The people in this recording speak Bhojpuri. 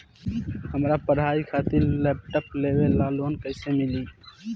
हमार पढ़ाई खातिर लैपटाप लेवे ला लोन कैसे मिली?